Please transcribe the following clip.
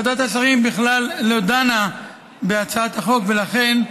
ועדת השרים בכלל לא דנה בהצעת החוק, ולכן,